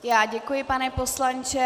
Já děkuji, pane poslanče.